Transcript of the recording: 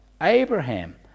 Abraham